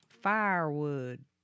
Firewood